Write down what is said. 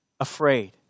afraid